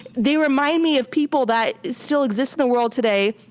they remind me of people that still exists in the world today,